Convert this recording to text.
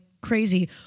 crazy